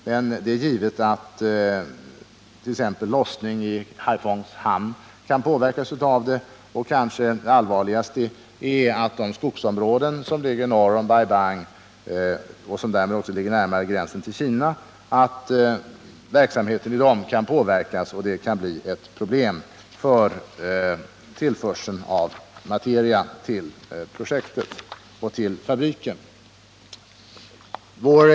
Men det är givet att t.ex. lossningen i Hai-phongs hamn kan påverkas av det och att, vilket är allvarligast, verksamheten i de skogsområden som ligger norr om Bai Bang - och som därmed också ligger närmare gränsen till Kina — kan påverkas och att det blir problem med tillförseln av material till projektet och fabriken.